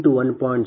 4247 p